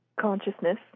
consciousness